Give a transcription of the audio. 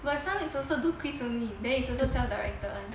but some is also do quiz only then is also self directed [one]